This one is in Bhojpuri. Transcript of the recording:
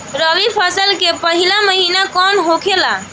रबी फसल के पहिला महिना कौन होखे ला?